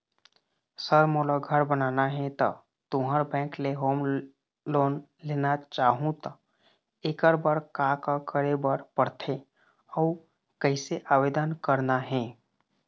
Sir मोला घर बनाना हे ता तुंहर बैंक ले होम लोन लेना चाहूँ ता एकर बर का का करे बर पड़थे अउ कइसे आवेदन करना हे?